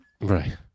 Right